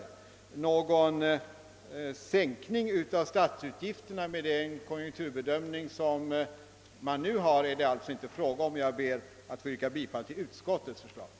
Någon sänkning av statsutgifterna med den konjunkturbedömning som man nu har är det alltså inte fråga om. Jag ber, herr talman, att få yrka bifall utskottets hemställan.